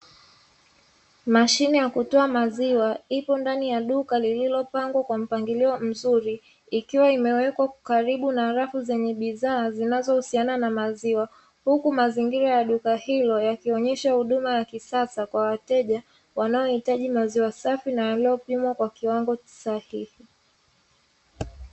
Mashine ya kutoa maziwa, ipo ndani ya duka lililopangwa kwa mpangilio mzuri, ikiwa imewekwa karibu na rafu zenye bidhaa zinazohusiana na maziwa, huku mazingira ya duka hilo yakionyesha huduma ya kisasa kwa wateja wanaohitaji maziwa safi na yaliyopimwa kwa kiwango sahihi.